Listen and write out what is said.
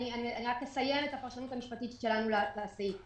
אני רק אציין את הפרשנות המשפטית שלנו לסעיף.